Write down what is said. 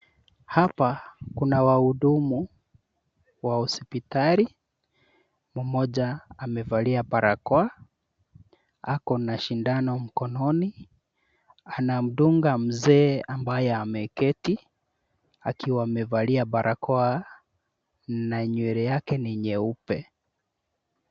Hapa kuna wahudumu wa hospitali. Mmoja amevalia barakoa, ako na sindano mkononi, anamdunga mzee ambaye ameketi akiwa amevalia barakoa na nywele yake ni nyeupe.